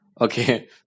Okay